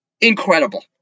Incredible